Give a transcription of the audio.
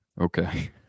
Okay